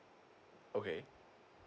okay